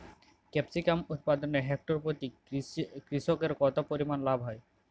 Capsicum উৎপাদনে hectare প্রতি কৃষকের কত পরিমান লাভ হয়?